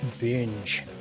Binge